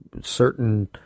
certain